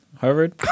Harvard